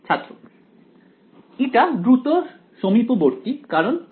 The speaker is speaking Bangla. ছাত্র η দ্রুত সমীপবর্তী কারণ 2ε